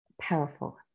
Powerful